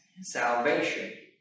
salvation